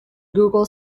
google